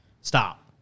Stop